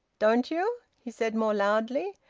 don't you? he said more loudly.